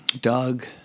Doug